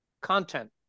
content